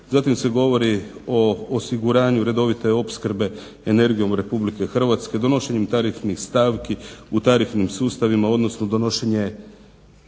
Zatim se govori o osiguranju redovite opskrbe energijom RH, donošenjem tarifnih stavki u tarifnim sustavima, odnosno donošenje